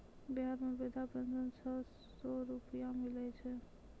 बिहार मे वृद्धा पेंशन छः सै रुपिया मिलै छै